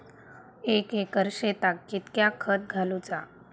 एक एकर शेताक कीतक्या खत घालूचा?